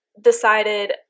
decided